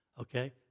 Okay